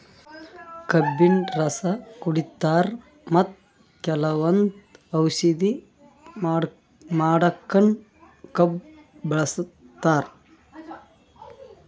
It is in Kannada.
ಕಬ್ಬಿನ್ ರಸ ಕುಡಿತಾರ್ ಮತ್ತ್ ಕೆಲವಂದ್ ಔಷಧಿ ಮಾಡಕ್ಕನು ಕಬ್ಬ್ ಬಳಸ್ತಾರ್